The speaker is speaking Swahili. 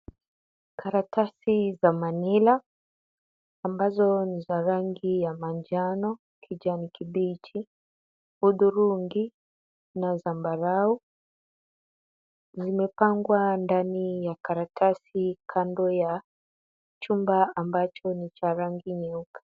Karatasi za manila, ambazo ni za rangi ya manjano, kijani kibichi, hudhurungi na zambarau. Zimepangwa ndani ya karatasi kando ya chumba ambacho ni cha rangi nyeuka.